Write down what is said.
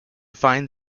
find